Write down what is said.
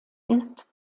ist